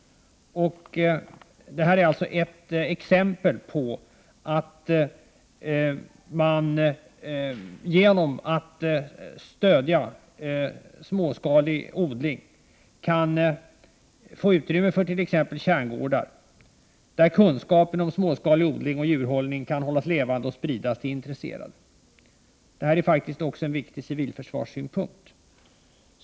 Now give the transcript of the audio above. Genom att stödja småskalig odling kan man få utrymme för t.ex. kärngårdar, där kunskapen om småskalig odling och djurhållning kan hållas levande och spridas till intresserade. Detta är också viktigt från civilförsvarssynpunkt.